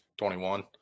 21